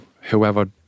whoever